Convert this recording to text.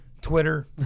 twitter